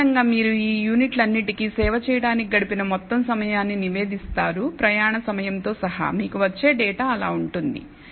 సాధారణంగా మీరు ఈ యూనిట్లన్నింటికీ సేవ చేయడానికి గడిపిన మొత్తం సమయాన్ని నివేదిస్తారు ప్రయాణ సమయంతో సహా మీకు వచ్చే డేటా అలా ఉంటుంది